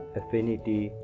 affinity